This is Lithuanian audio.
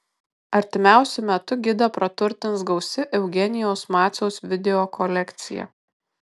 artimiausiu metu gidą praturtins gausi eugenijaus maciaus video kolekcija